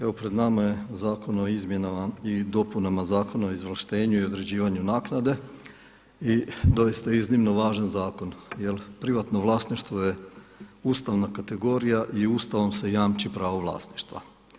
Evo pred nama je zakon o izmjenama i dopunama Zakona o izvlaštenju i određivanju naknade i doista iznimno važan zakon jer privatno vlasništvo je ustavna kategorija i Ustavom se jamči pravo vlasništva.